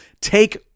take